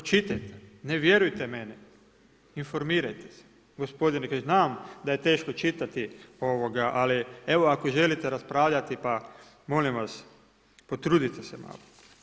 Pročitajte, ne vjerujte meni, informirajte se, gospodine ja znam da je teško čitati, ali evo, ako želite raspravljati, pa, molim vas, potrudite se malo.